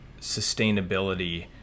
sustainability